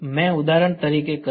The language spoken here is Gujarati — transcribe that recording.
મેં ઉદાહરણ તરીકે કર્યું